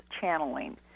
channeling